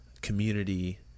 community